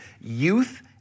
youth